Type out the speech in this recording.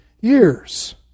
years